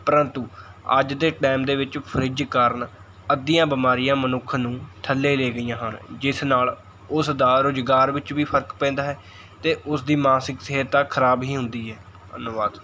ਪਰੰਤੂ ਅੱਜ ਦੇ ਟਾਈਮ ਦੇ ਵਿੱਚ ਫਰਿੱਜ ਕਾਰਨ ਅੱਧੀਆਂ ਬਿਮਾਰੀਆਂ ਮਨੁੱਖ ਨੂੰ ਥੱਲੇ ਲੈ ਗਈਆਂ ਹਨ ਜਿਸ ਨਾਲ ਉਸ ਦਾ ਰੁਜ਼ਗਾਰ ਵਿੱਚ ਵੀ ਫਰਕ ਪੈਂਦਾ ਹੈ ਅਤੇ ਉਸ ਦੀ ਮਾਨਸਿਕ ਸਿਹਤ ਤਾਂ ਖਰਾਬ ਹੀ ਹੁੰਦੀ ਹੈ ਧੰਨਵਾਦ